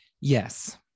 Yes